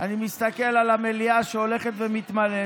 אני מסתכל על המליאה שהולכת ומתמלאת,